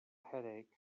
headache